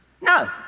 No